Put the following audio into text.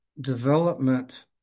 development